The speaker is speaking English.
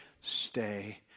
stay